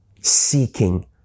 seeking